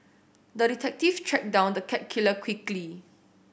the detective tracked down the cat killer quickly